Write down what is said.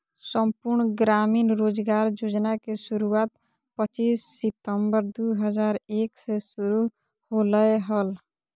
संपूर्ण ग्रामीण रोजगार योजना के शुरुआत पच्चीस सितंबर दु हज़ार एक मे शुरू होलय हल